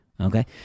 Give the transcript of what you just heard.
Okay